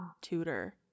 tutor